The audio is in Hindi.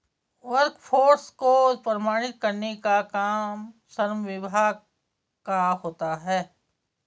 वर्कफोर्स को प्रमाणित करने का काम श्रम विभाग का होता है